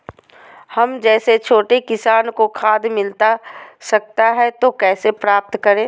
हम जैसे छोटे किसान को खाद मिलता सकता है तो कैसे प्राप्त करें?